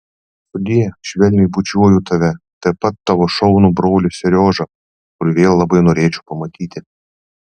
sudie švelniai bučiuoju tave taip pat tavo šaunų brolį seriožą kurį vėl labai norėčiau pamatyti